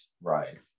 right